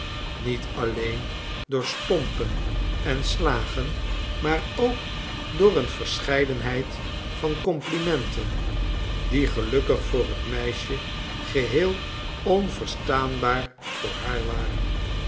niet alleen door stompen en slagen maar ook door eene verscheidenheid van complimenten die gelukkig voor het meisje geheel onverstaanbaar voor haar waren